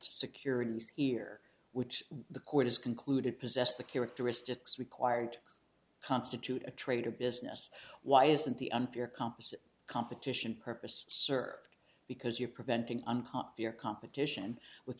securities here which the court has concluded possess the characteristics required to constitute a trade or business why isn't the unfair competition competition purpose served because you're preventing unpopular competition with